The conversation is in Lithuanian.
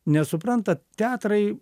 nes suprantat teatrai